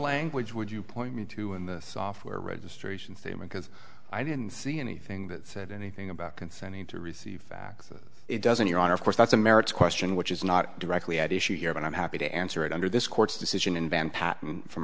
language would you point me to in the software registration thing because i didn't see anything that said anything about consenting to receive faxes it doesn't your honor of course that's a marriage question which is not directly at issue here but i'm happy to answer it under this court's decision in van patten from